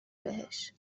بهش